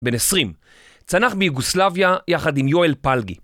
בן 20, צנח מאיגוסלביה יחד עם יואל פלגי